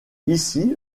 ici